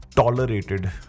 tolerated